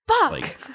Fuck